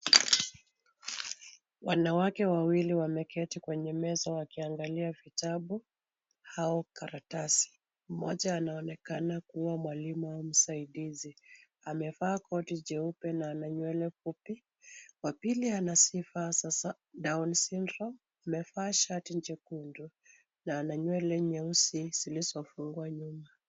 Wanawake wawili wameketi kwenye meza wakiangalia vitabu au karatasi. Mmoja anaonekana kuwa mwalimu au msaidizi. Amevaa koti jeupe na ana nywele fupi, wapili ana sifa za Down Syndrome , amevaa shati jekundu na ana nywele nyeusi zilizofungwa nyuma.